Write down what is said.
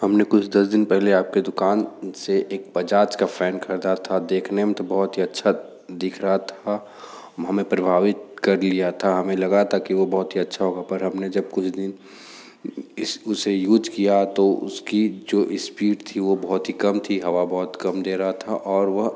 हमने कुछ दस दिन पहले आपके दुकान से एक बजाज का फ़ैन ख़रीदा था देखने में तो बहुत ही अच्छा दिख रहा था हमें प्रभावित कर लिया था हमें लगा था कि वो बहुत ही अच्छा होगा पर हमने जब कुछ दिन इस उसे यूज किया तो उसकी जो स्पीड थी वह बहुत ही कम थी हवा बहुत कम दे रहा था और वह